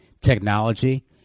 technology